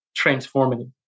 transformative